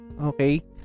okay